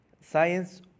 science